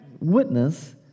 Witness